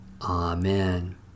Amen